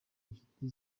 inshuti